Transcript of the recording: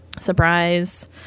surprise